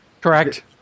Correct